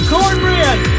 Cornbread